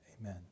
Amen